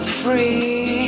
free